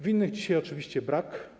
Winnych dzisiaj oczywiście brak.